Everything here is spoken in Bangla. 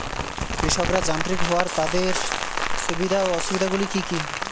কৃষকরা যান্ত্রিক হওয়ার তাদের সুবিধা ও অসুবিধা গুলি কি কি?